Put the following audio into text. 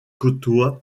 côtoie